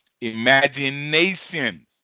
Imagination